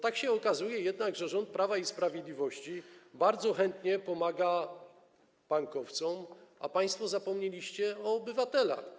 Tak się jednak okazuje, że rząd Prawa i Sprawiedliwości bardzo chętnie pomaga bankowcom, a państwo zapomnieliście o obywatelach.